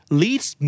leads